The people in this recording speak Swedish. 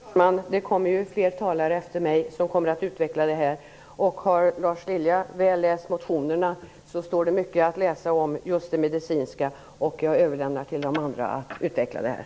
Fru talman! Det kommer fler talare efter mig som kommer att utveckla detta. Om Lars Lilja har läst motionerna har han sett att det står mycket att läsa om just den medicinska sidan. Jag överlämnar till de andra att utveckla detta.